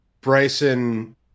Bryson